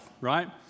right